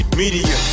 media